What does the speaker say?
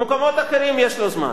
במקומות אחרים יש לו זמן.